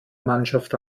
mannschaft